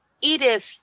Edith